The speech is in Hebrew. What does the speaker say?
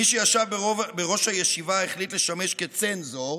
מי שישב בראש הישיבה החליט לשמש כצנזור